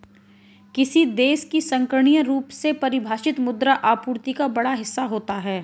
किसी देश की संकीर्ण रूप से परिभाषित मुद्रा आपूर्ति का बड़ा हिस्सा होता है